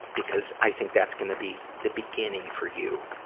because i think that's gonna be the beginning for you,